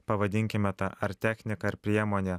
pavadinkime ta ar technika ar priemonė